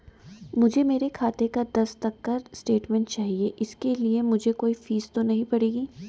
मुझे मेरे खाते का दस तक का स्टेटमेंट चाहिए इसके लिए मुझे कोई फीस तो नहीं पड़ेगी?